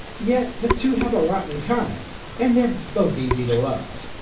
yet the two have a lot in common and they're both easy to love.